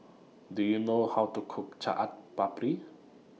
Do YOU know How to Cook Chaat Papri